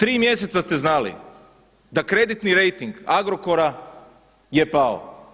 Tri mjeseca ste znali da kreditni rejting Agrokora je pao.